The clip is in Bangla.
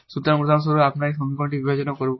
সুতরাং উদাহরণস্বরূপ আমরা এই সমীকরণটি বিবেচনা করব